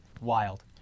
Wild